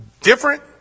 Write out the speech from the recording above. different